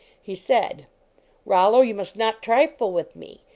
he said rollo, you must not trifle with me.